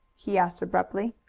he asked abruptly.